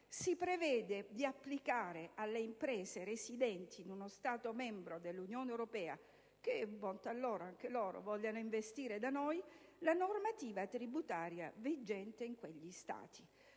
si prevede di applicare alle imprese residenti in uno Stato membro dell'Unione europea che, bontà loro, vogliono investire da noi, la normativa tributaria vigente in quegli Stati.